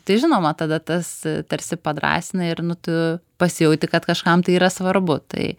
tai žinoma tada tas tarsi padrąsina ir nu tu pasijauti kad kažkam tai yra svarbu tai